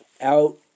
out